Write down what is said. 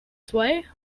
sway